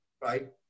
right